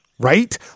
right